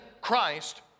Christ